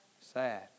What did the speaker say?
Sad